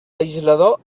legislador